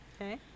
Okay